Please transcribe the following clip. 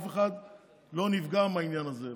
אף אחד לא נפגע מהעניין הזה.